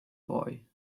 boy